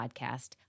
Podcast